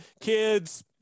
Kids